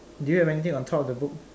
do you have anything on top of the book